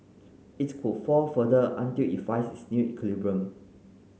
it's could fall further until it find it is new equilibrium